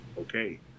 Okay